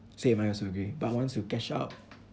same I also agree but once you cash out